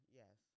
yes